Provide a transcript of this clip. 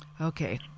Okay